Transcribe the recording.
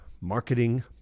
marketing